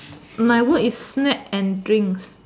my word is snack and drinks